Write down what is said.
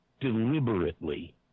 deliberately